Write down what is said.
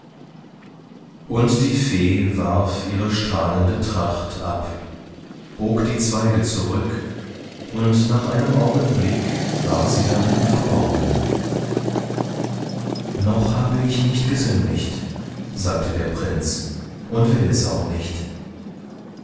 und die fee warf ihre strahlende tracht ab bog die zweige zurück und nach einem augenblick war sie darin verborgen noch habe ich nicht gesündigt sagte der prinz und will es auch nicht